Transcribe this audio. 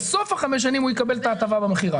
בסוף חמש השנים הוא יקבל את ההטבה במכירה.